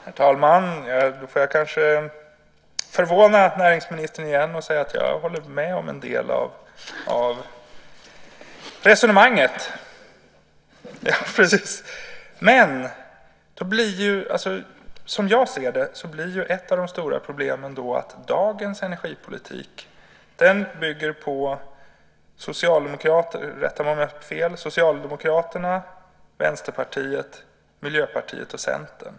Herr talman! Då får jag kanske förvåna näringsministern igen och säga att jag håller med om en del av resonemanget. Men som jag ser det blir ett av de stora problemen att dagens energipolitik bygger på - rätta mig om jag har fel - Socialdemokraterna, Vänsterpartiet, Miljöpartiet och Centern.